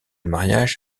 mariage